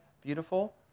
beautiful